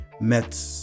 met